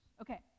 Okay